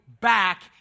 back